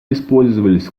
использовались